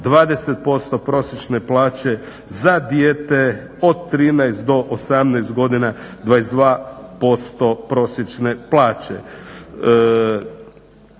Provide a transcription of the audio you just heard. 20% prosječne plaće, za dijete od 13 do 18 godina 22% prosječne plaće.